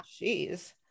Jeez